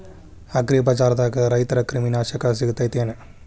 ಅಗ್ರಿಬಜಾರ್ದಾಗ ರೈತರ ಕ್ರಿಮಿ ನಾಶಕ ಸಿಗತೇತಿ ಏನ್?